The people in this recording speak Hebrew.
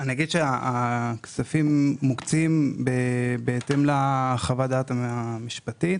הכספים מוקצים בהתאם לחוות הדעת המשפטית.